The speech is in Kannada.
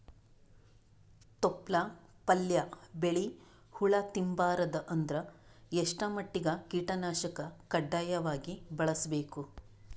ತೊಪ್ಲ ಪಲ್ಯ ಬೆಳಿ ಹುಳ ತಿಂಬಾರದ ಅಂದ್ರ ಎಷ್ಟ ಮಟ್ಟಿಗ ಕೀಟನಾಶಕ ಕಡ್ಡಾಯವಾಗಿ ಬಳಸಬೇಕು?